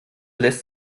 lässt